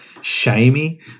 shamey